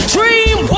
Dream